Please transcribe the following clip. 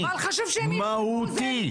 מהותי,